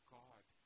god